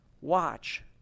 watch